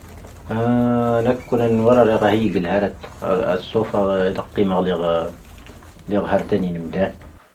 ʻāⵏⴰ ⴽⵓⵏⴰⵏ ⵡⴰⵔⴰⵔⴰ ⴳⴰⵀⵉⴳ ⵉⵍⵀāⵔⴰⵜ ʻⴰⵙⵙoⴼⴰ ʻⵉⴷⴰⵇⵉⵎā ʻⴰⵍīⵇā ʻⴰⵍīⵇāⵔⴰⵜⴰⵏī ʻⵉⵎⴷāⵏ.